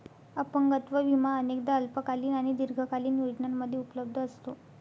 अपंगत्व विमा अनेकदा अल्पकालीन आणि दीर्घकालीन योजनांमध्ये उपलब्ध असतो